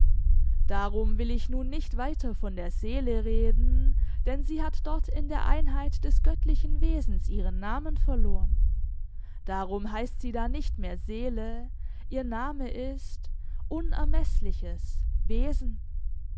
darum will ich nun nicht weiter von der seele reden denn sie hat dort in der einheit des göttlichen wesens ihren namen verloren darum heißt sie da nicht mehr seele ihr name ist unermeßliches wesen